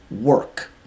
work